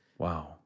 Wow